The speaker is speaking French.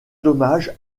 d’hommage